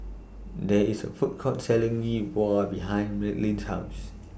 There IS A Food Court Selling Yi Bua behind Madelynn's House